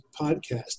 podcast